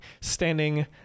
standing